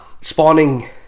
spawning